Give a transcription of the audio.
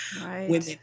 Women